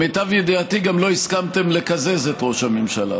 גם לא הסכמתם לקזז את ראש הממשלה.